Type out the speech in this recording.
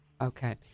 okay